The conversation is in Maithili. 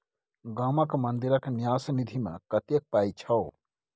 गामक मंदिरक न्यास निधिमे कतेक पाय छौ